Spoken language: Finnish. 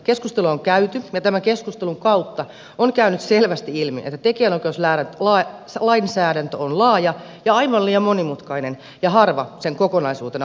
keskustelua on käyty ja tämän keskustelun kautta on käynyt selvästi ilmi että tekijänoikeuslainsäädäntö on laaja ja aivan liian monimutkainen ja harva sen kokonaisuutena hallitsee